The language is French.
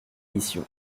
mission